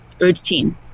routine